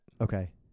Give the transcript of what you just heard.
okay